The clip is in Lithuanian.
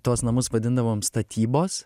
tuos namus vadindavom statybos